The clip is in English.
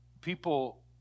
people